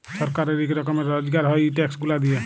ছরকারের ইক রকমের রজগার হ্যয় ই ট্যাক্স গুলা দিঁয়ে